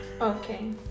Okay